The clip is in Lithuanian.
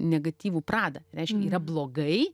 negatyvų pradą reiškia yra blogai